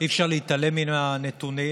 אי-אפשר להתעלם מהנתונים,